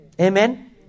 Amen